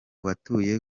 batuye